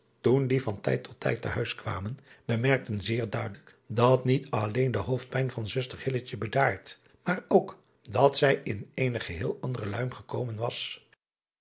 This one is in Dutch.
toen die van tijd tot tijd te huis kwamen bemerkten zeer duidelijk dat driaan oosjes zn et leven van illegonda uisman niet alleen de hoofdpijn van zuster bedaard maar ook dat zij in eene geheel andere luim gekomen was